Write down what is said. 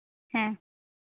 ᱦᱮᱸ